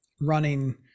running